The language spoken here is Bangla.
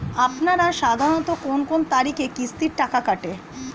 আপনারা সাধারণত কোন কোন তারিখে কিস্তির টাকা কাটে?